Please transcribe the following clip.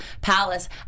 Palace